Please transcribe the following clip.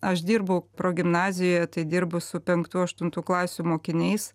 aš dirbu progimnazijoje tai dirbu su penktų aštuntų klasių mokiniais